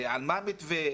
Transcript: מה המתווה,